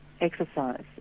exercise